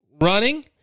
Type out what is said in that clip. running